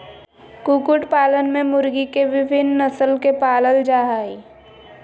कुकुट पालन में मुर्गी के विविन्न नस्ल के पालल जा हई